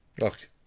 Look